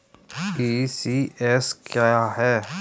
ECS क्या है?